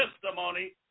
testimony